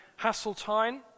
Hasseltine